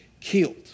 killed